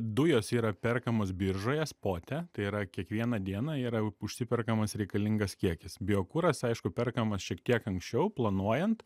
dujos yra perkamos biržoje spote tai yra kiekvieną dieną yra užsiperkamas reikalingas kiekis biokuras aišku perkamas šiek tiek anksčiau planuojant